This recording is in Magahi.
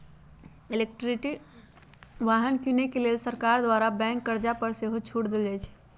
इलेक्ट्रिक वाहन किने के लेल सरकार द्वारा बैंक कर्जा पर सेहो छूट देल जाइ छइ